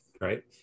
Right